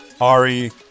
ari